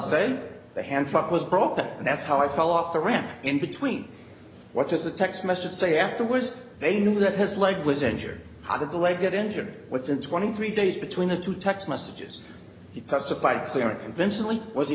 in the hand truck was broken and that's how i fell off the ramp in between what is the text message say afterwards they knew that his leg was injured how did the late get injured within twenty three days between the two text messages he testified clearly convincingly was the